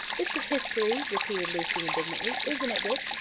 it's history, repeated lucy indignantly isn't it, dick?